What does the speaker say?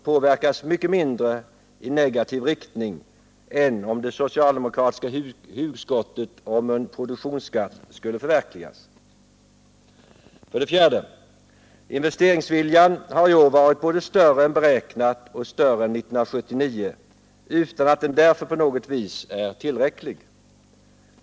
påverkas mycket mindre i negativ riktning än om det socialdemokratiska hugskottet om en produktionsskatt skulle förverkligas. 4. Investeringsviljan har i år varit både större än beräknat och större än 1979 utan att den därför på något vis är tillräcklig.